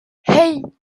hey